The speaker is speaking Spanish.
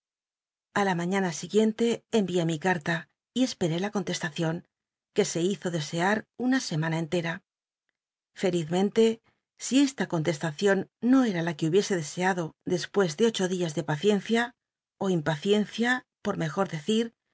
a la maííana sigu iente envié mi cal'la y espcré la conteslacion que se hizo desear una semana entera l elizmen le si esta con leslacion no era la que hubiese deseado despnes de ocho días de paciencia ó impaciencia por mejol decil